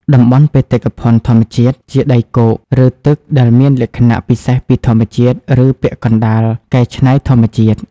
តំបន់បេតិកភណ្ឌធម្មជាតិ ជាដីគោក ឬទឹកដែលមានលក្ខណៈពិសេសពីធម្មជាតិ ឬពាក់កណ្តាលកែច្នៃធម្មជាតិ។